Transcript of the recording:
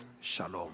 shalom